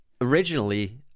originally